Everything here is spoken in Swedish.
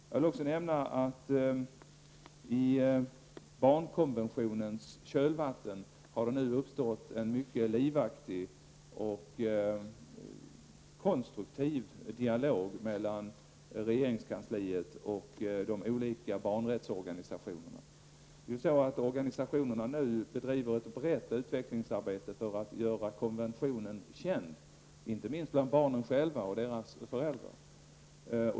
Jag vill också nämna att det i barnkonventionens kölvatten nu har uppstått en mycket livaktig och konstruktiv dialog mellan regeringskansliet och de olika organisationer som arbetar för barnens rätt. Dessa organisationer bedriver nu ett brett utvecklingsarbete för att göra konventionen känd, inte minst bland barnen själva och deras föräldrar.